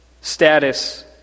status